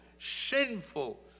sinful